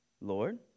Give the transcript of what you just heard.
Lord